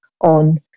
on